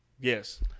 Yes